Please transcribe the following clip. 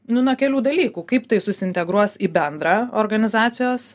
nu nuo kelių dalykų kaip tai susiintegruos į bendrą organizacijos